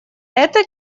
это